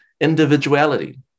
individuality